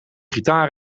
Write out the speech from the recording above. gitaar